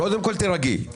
תירגעי.